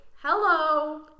Hello